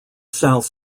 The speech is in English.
south